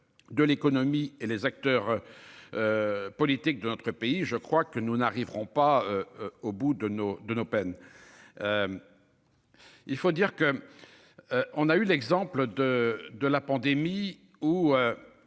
de l'économie et les acteurs. Politiques de notre pays, je crois que nous n'arriverons pas au bout de nos, de nos peines. Il faut dire que. On a eu l'exemple de de la pandémie où.